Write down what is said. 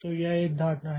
तो यह है एक धारणा है